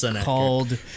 called